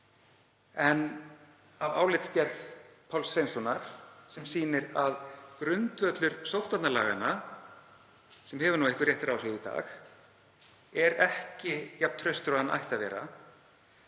En álitsgerð Páls Hreinssonar sýnir að grundvöllur sóttvarnalaga, sem hefur einhver réttaráhrif í dag, er ekki jafn traustur og hann ætti að vera.